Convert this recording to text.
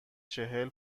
چهل